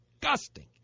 disgusting